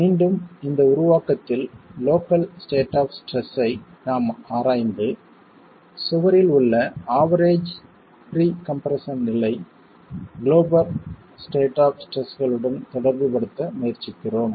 மீண்டும் இந்த உருவாக்கத்தில் லோக்கல் ஸ்டேட் ஆப் ஸ்ட்ரெஸ் ஐ நாம் ஆராய்ந்து சுவரில் உள்ள ஆவெரேஜ் பர் கம்ப்ரெஸ்ஸன் நிலை குளோபல் ஸ்டேட் ஆப் ஸ்ட்ரெஸ்களுடன் தொடர்புபடுத்த முயற்சிக்கிறோம்